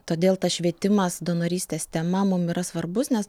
todėl tas švietimas donorystės tema mum yra svarbus nes